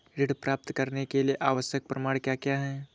ऋण प्राप्त करने के लिए आवश्यक प्रमाण क्या क्या हैं?